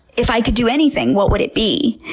if i could do anything what would it be?